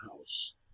house